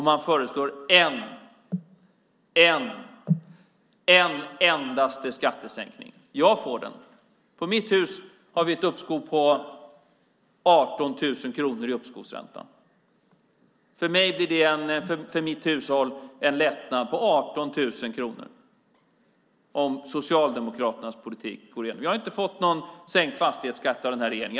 Man föreslår en enda skattesänkning. Jag får den. På mitt hus är uppskovsräntan 18 000 kronor, och för mitt hushåll blir det en lättnad på 18 000 kronor om Socialdemokraternas politik går igenom. Jag har inte fått någon sänkt fastighetsskatt av den här regeringen.